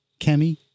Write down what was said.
Kemi